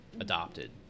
adopted